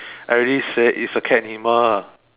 I already said it's a cat animal